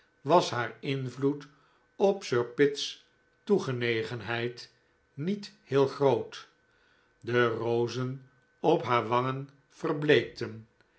was haar invloed op sir pitt's toegenegenheid niet heel groot de rozen op haar wangen verbleekten